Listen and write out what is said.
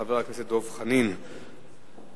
חבר הכנסת דב חנין, בבקשה.